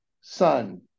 son